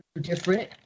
different